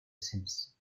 since